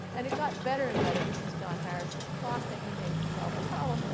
and it got better and better. this is john harrison's clock that he made to solve the problem.